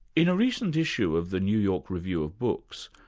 in a recent issue of the new york review of books,